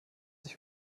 sich